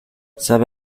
sabe